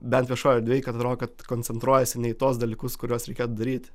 bent viešoj erdvėj kad atrodo kad koncentruojasi ne į tuos dalykus kuriuos reikėtų daryti